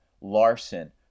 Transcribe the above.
Larson